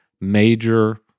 major